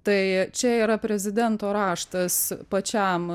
tai čia yra prezidento raštas pačiam